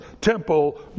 temple